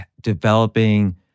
developing